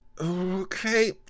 Okay